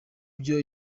byo